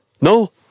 No